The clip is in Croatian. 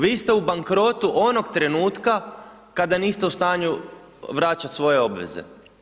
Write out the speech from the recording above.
Vi ste u bankrotu onog trenutka kada niste u stanju vraćat svoje obveze.